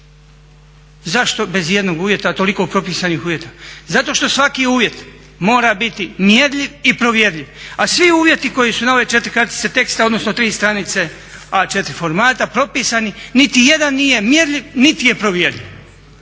Zašto bez ijednog uvjeta, a toliko propisanih uvjeta? Zato što svaki uvjet mora biti mjerljiv i provjerljiv, a svi uvjeti koji su na ove 4 kartice teksta odnosno 3 stranice A4 formata propisani nitijedan nije mjerljiv niti je provjerljiv.